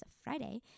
Friday